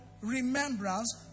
remembrance